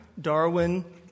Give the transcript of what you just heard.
Darwin